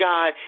God